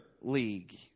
league